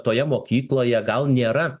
toje mokykloje gal nėra